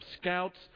scouts